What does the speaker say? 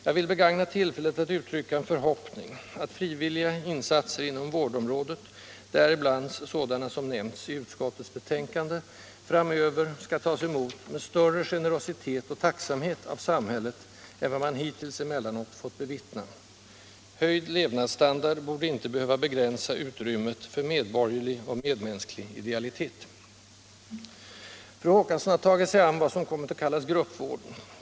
Jag vill begagna tillfället att uttrycka en förhoppning att frivilliga insatser inom vårdområdet, däribland sådana som nämnts i utskottets betänkande, framöver skall tas emot med större generositet och tacksamhet av samhället än vad man hittills emellanåt fått bevittna. Höjd levnadsstandard borde inte behöva begränsa utrymmet för medborgerlig och medmänsklig idealitet. Fru Håkansson har i sin motion tagit sig an vad som kommit att kallas gruppvård.